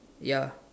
ya